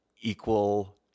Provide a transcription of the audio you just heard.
equal